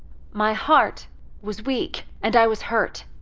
my heart was weak, and i was hurt,